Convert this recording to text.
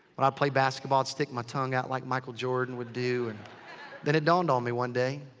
when i played basketball, i'd stick my tongue out like michael jordan would do. and then it dawned on me one day.